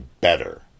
better